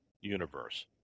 universe